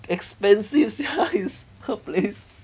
expensive sia his her place